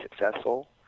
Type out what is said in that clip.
successful